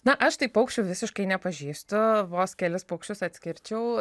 na aš taip paukščių visiškai nepažįstu vos kelis paukščius atskirčiau